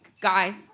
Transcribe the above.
guys